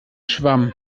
schwamm